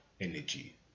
energy